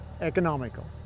economical